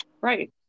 Right